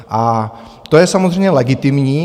A to je samozřejmě legitimní.